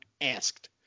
asked